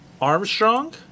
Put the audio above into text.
Armstrong